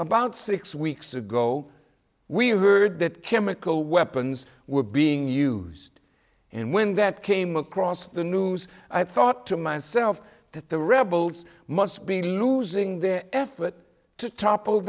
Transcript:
about six weeks ago we heard that chemical weapons were being used and when that came across the news i thought to myself that the rebels must be losing their effort to topple